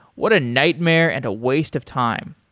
what a nightmare and a waste of time.